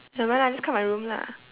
never mind lah just come my room lah